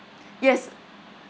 yes